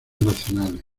nacionales